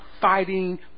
fighting